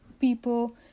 people